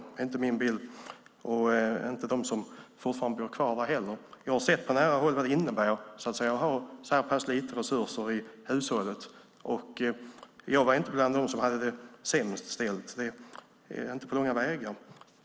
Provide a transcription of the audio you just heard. Det är inte min bild, och det tycker inte heller de som fortfarande bor kvar där. Jag har sett på nära håll vad det innebär att ha så pass lite resurser i hushållet. Och jag var inte bland dem som hade det sämst ställt - inte på långa vägar.